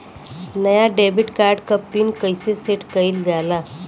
नया debit card क pin कईसे सेट कईल जाला?